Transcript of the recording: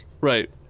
Right